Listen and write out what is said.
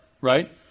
right